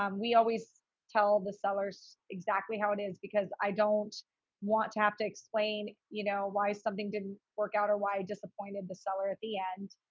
um we always tell the sellers exactly how it is, because i don't want to have to explain, you know, why something didn't work out or why it disappointed the seller at the end.